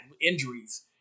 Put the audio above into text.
injuries